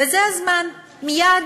וזה הזמן, מייד